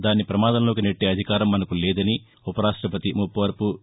దానిని ప్రమాదంలోకి నెట్టే అధికారం మనకు లేదని ఉప రాష్టపతి ఎం